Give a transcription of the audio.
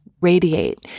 radiate